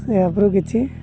ସେ ଆପ୍ରୁ କିଛି